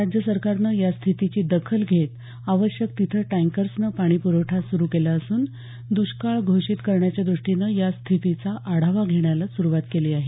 राज्यसरकारनं या स्थितीची दखल घेत आवश्यक तिथं टँकर्सनं पाणीप्रवठा सुरू केला असून दुष्काळ घोषित करण्याच्या दृष्टीनं या स्थितीचा आढावा घेण्याला सुरुवात केली आहे